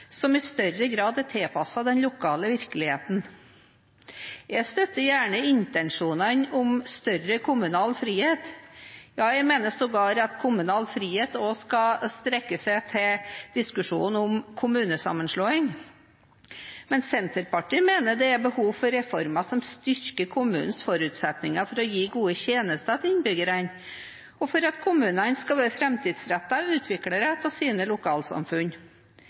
som i større grad er tilpasset den lokale virkeligheten. Jeg støtter gjerne intensjonene om større kommunal frihet. Ja, jeg mener sågar at kommunal frihet også skal strekke seg til diskusjonen om kommunesammenslåing. Men Senterpartiet mener det er behov for reformer som styrker kommunenes forutsetninger for å gi gode tjenester til innbyggerne, og for at kommunene skal være framtidsrettede utviklere av sine lokalsamfunn.